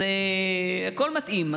זה הכול מתאים.